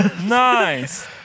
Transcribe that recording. Nice